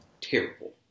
terrible